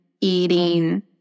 eating